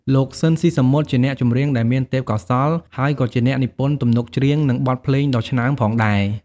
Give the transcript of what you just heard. លោក ស៊ីន ស៊ីសាមុត ជាអ្នកចម្រៀងដែលមានទេពកោសល្យហើយក៏ជាអ្នកនិពន្ធទំនុកច្រៀង និងបទភ្លេងដ៏ឆ្នើមផងដែរ ។